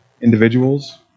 individuals